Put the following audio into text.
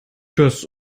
das